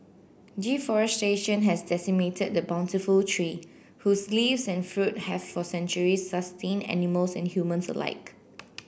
deforestation has decimated the bountiful tree whose leaves and fruit have for centuries sustained animals and humans alike